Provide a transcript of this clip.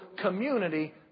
community